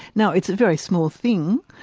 now it's a very small thing,